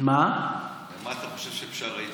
למה אתה חושב שבל"ד התכוונה?